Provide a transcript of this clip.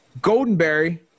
goldenberry